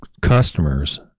customers